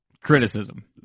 Criticism